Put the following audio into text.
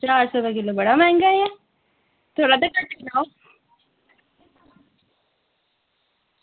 चार सौ रपेआ किलो बड़ा मैहंगा